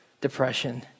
depression